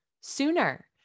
sooner